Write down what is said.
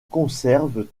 conservent